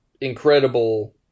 incredible